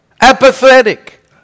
Apathetic